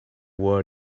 were